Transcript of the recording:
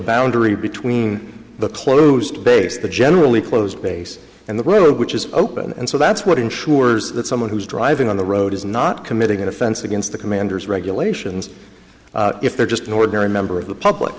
boundary between the closed base the generally closed base and the road which is open and so that's what ensures that someone who's driving on the road is not committing an offense against the commanders regulations if they're just an ordinary member of the public